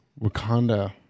Wakanda